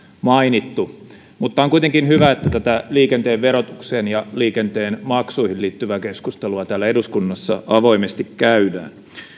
mainittu mutta on kuitenkin hyvä että tätä liikenteen verotukseen ja liikenteen maksuihin liittyvää keskustelua täällä eduskunnassa avoimesti käydään